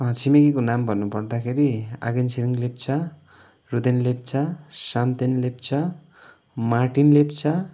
छिमेकीको नाम भन्नु पर्दाखेरि आगेन छिरिङ लेप्चा रुदेन लेप्चा साम्देन लेप्चा मार्टिन लेप्चा